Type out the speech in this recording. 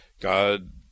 God